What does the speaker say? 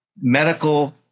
medical